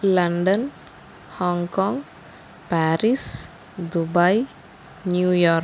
London Hong Kong Paris Dubai New York